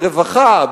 ברווחה,